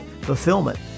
fulfillment